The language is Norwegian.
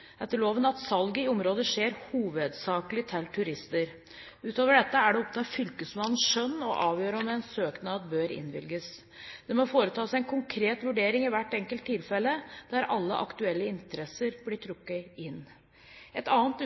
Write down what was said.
at salget i området i hovedsakelig skjer til turister. Utover dette er det opp til fylkesmannens skjønn å avgjøre om en søknad bør innvilges. Det må foretas en konkret vurdering i hvert enkelt tilfelle, der alle aktuelle interesser blir trukket inn. Et annet